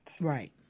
Right